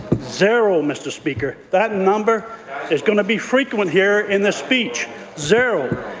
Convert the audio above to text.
zero, mr. speaker. that number is going to be frequent here in this speech zero.